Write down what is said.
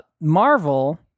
Marvel